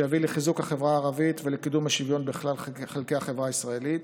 שיביא לחיזוק החברה הערבית ולקידום השוויון בכלל חלקי החברה הישראלית.